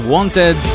Wanted